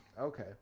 Okay